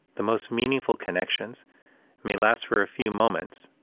the most meaningful connections may last for a few moments,